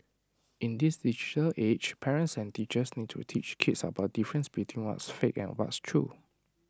in this digital age parents and teachers need to teach kids about the difference between what's fake and what's true